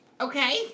Okay